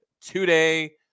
today